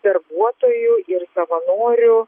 darbuotojų ir savanorių